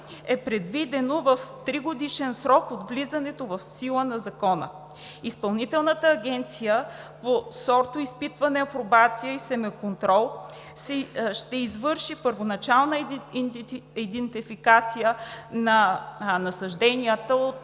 е предвиден в 3 годишен срок от влизането в сила на Закона. Изпълнителната агенция по сортоизпитване, апробация и семеконтрол ще извърши първоначална идентификация на насажденията от